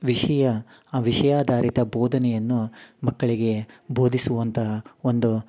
ವಿಷಯ ಆ ವಿಷ್ಯಾಧಾರಿತ ಬೋಧನೆಯನ್ನು ಮಕ್ಕಳಿಗೆ ಬೋಧಿಸುವಂತಹ ಒಂದು